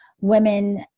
women